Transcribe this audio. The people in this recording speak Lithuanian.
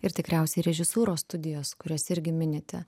ir tikriausiai režisūros studijos kurias irgi minite